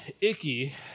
Icky